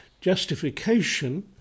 Justification